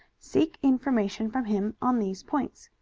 seek information from him on these points.